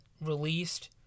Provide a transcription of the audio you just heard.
released